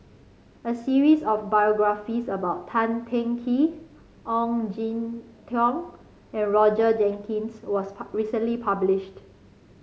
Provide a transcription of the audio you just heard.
a series of biographies about Tan Teng Kee Ong Jin Teong and Roger Jenkins was recently published